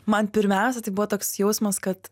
man pirmiausia tai buvo toks jausmas kad